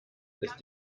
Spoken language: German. ist